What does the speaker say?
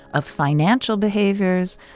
of financial behaviors,